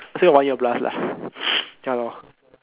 I still got one year plus lah ya lor